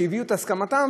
שהביעו את הסכמתם,